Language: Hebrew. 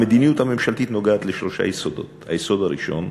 המדיניות הממשלתית נוגעת לשלושה יסודות: היסוד הראשון,